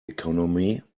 economy